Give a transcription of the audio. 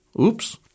Oops